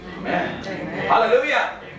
Hallelujah